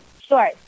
Sure